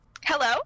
Hello